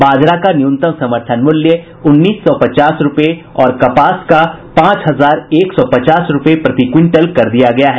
बाजरा का न्यूनतम समर्थन मूल्य उन्नीस सौ पचास रूपये और कपास का पांच हजार एक सौ पचास रूपये प्रति क्विंटल कर दिया गया है